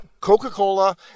Coca-Cola